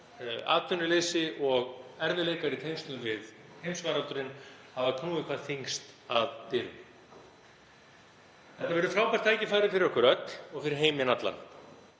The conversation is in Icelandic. atvinnuleysi og erfiðleikar í tengslum við heimsfaraldur hafa knúið hvað þyngst að dyrum. Þetta verður frábært tækifæri fyrir okkur öll og fyrir heiminn allan.